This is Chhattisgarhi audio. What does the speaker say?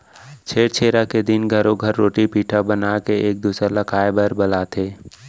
छेरछेरा के दिन घरो घर रोटी पिठा बनाके एक दूसर ल खाए बर बलाथे